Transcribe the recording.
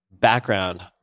background